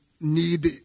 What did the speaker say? need